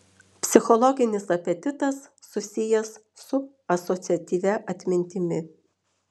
psichologinis apetitas susijęs su asociatyvia atmintimi